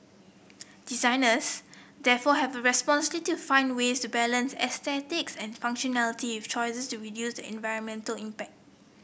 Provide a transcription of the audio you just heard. designers therefore have a to find ways to balance aesthetics and functionality with choices to reduce the environmental impact